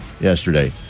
yesterday